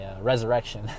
resurrection